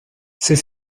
ces